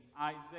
Isaiah